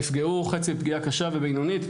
חצי פגיעה קשה ובינונית.